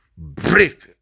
break